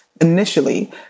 initially